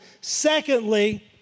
Secondly